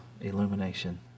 illumination